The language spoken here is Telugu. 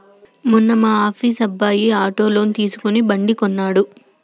మొన్న మా ఆఫీస్ అబ్బాయి ఆటో లోన్ తీసుకుని బండి కొన్నడు